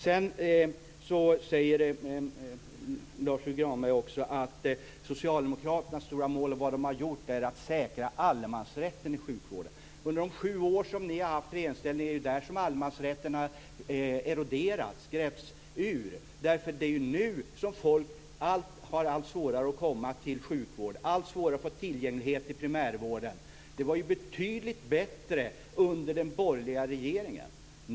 Sedan säger Lars U Granberg att Socialdemokraternas stora mål med vad de har gjort är att de har velat säkra allemansrätten i sjukvården. Under de sju år som ni har haft regeringsmakten har allemansrätten eroderats, grävts ur. Det är ju nu som folk har allt svårare att få tillgång till sjukvården och primärvården. Det var betydligt bättre under den borgerliga regeringen.